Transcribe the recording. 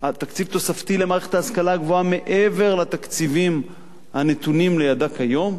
תקציב תוספתי למערכת ההשכלה הגבוהה מעבר לתקציבים הנתונים לידה כיום.